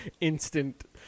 instant